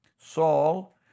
Saul